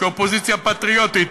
כאופוזיציה פטריוטית,